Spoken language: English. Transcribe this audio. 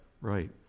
right